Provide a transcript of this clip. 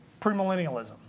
premillennialism